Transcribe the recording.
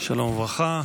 שלום וברכה.